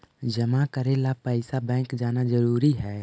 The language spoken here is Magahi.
जमा करे ला पैसा बैंक जाना जरूरी है?